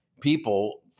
people